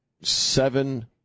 Seven